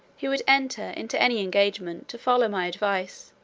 he would enter into any engagement to follow my advice,